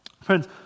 friends